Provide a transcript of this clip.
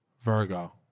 Virgo